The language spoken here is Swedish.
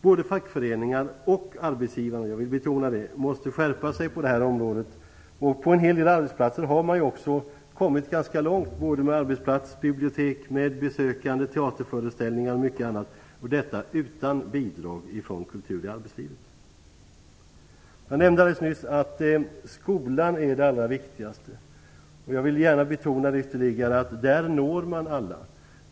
Både fackföreningarna och arbetsgivarna - jag vill betona det - måste skärpa sig på det här området. På en hel del arbetsplatser har man också kommit ganska långt både med arbetsplatsbibliotek, besök av teatergrupper m.m. Detta görs utan bidrag från kultur i arbetslivet. Jag nämnde alldeles nyss att skolan är det allra viktigaste området. Jag vill gärna betona ytterligare att genom skolan når man alla.